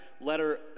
letter